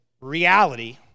reality